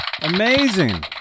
Amazing